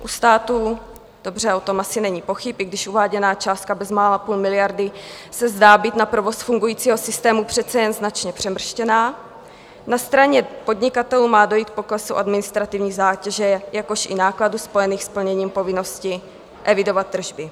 U státu, dobře, o tom asi není pochyb, i když uváděná částka bezmála půl miliardy se zdá být na provoz fungujícího systému přece jen značně přemrštěná, na straně podnikatelů má dojít k poklesu administrativní zátěže, jakož i nákladů spojených s plněním povinnosti evidovat tržby.